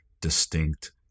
distinct